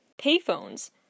Payphones